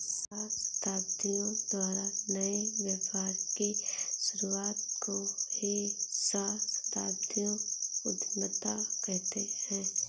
सहस्राब्दियों द्वारा नए व्यापार की शुरुआत को ही सहस्राब्दियों उधीमता कहते हैं